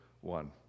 one